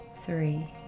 three